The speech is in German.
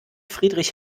friedrich